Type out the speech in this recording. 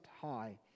High